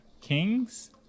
kings